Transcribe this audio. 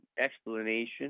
explanation